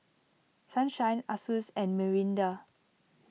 Sunshine Asus and Mirinda